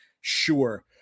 sure